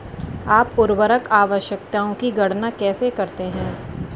आप उर्वरक आवश्यकताओं की गणना कैसे करते हैं?